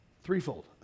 threefold